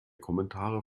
kommentare